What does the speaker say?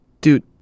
Dude